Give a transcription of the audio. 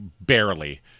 barely